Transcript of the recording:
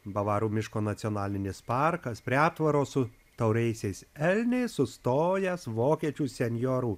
bavarų miško nacionalinis parkas prie aptvaro su tauriaisiais elniais sustojęs vokiečių senjorų